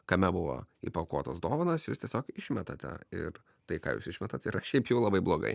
kame buvo įpakuotos dovanos jūs tiesiog išmetate ir tai ką jūs išmetat yra šiaip jau labai blogai